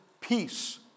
peace